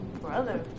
Brother